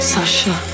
Sasha